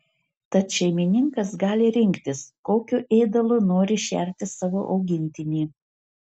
tad šeimininkas gali rinktis kokiu ėdalu nori šerti savo augintinį